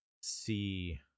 see